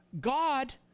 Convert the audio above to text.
God